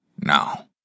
Now